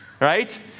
Right